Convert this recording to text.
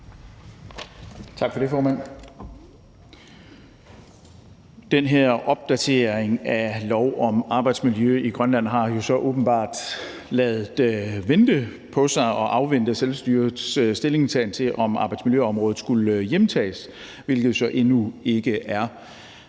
Tak for det, formand. Den her opdatering af lov om arbejdsmiljø i Grønland har jo så åbenbart ladet vente på sig og afventet selvstyrets stillingtagen til, om arbejdsmiljøområdet skulle hjemtages, hvilket jo så endnu ikke er